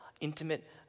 intimate